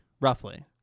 roughly